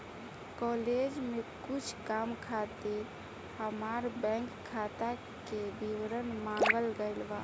college में कुछ काम खातिर हामार बैंक खाता के विवरण मांगल गइल बा